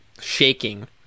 shaking